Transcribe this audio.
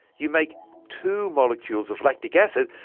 you make two molecules of lactic acid,